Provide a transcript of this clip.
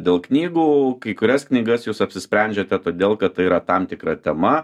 dėl knygų kai kurias knygas jūs apsisprendžiate todėl kad tai yra tam tikra tema